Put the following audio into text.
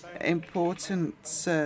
important